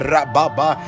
Rababa